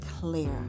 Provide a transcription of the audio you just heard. clear